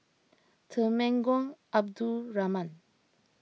Temenggong Abdul Rahman